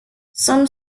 some